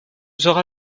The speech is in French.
sera